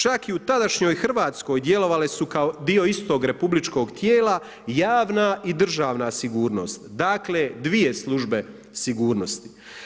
Čak i u tadašnjoj Hrvatskoj djelovale su kao dio istog republičkog tijela javna i državna sigurnost, dakle dvije službe sigurnosti.